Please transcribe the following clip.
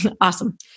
Awesome